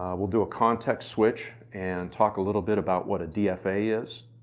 we'll do a context switch and talk a little bit about what a dfa is.